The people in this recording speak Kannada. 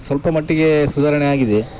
ಸ್ವಲ್ಪ ಮಟ್ಟಿಗೆ ಸುಧಾರಣೆ ಆಗಿದೆ